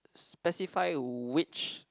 specify which